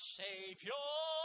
savior